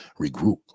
regroup